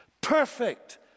perfect